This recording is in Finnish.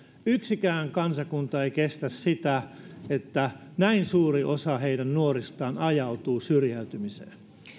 yksikään kansakunta ei kestä sitä että näin suuri osa heidän nuoristaan ajautuu syrjäytymiseen